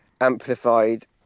amplified